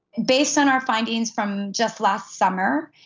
based on our findings from just last summer,